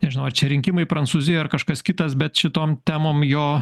nežinau ar čia rinkimai prancūzijoj ar kažkas kitas bet šitom temom jo